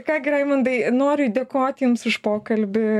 ką gi raimundai noriu dėkoti jums už pokalbį